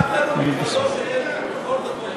אכפת לנו מכבודו של אלקין.